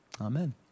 Amen